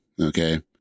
Okay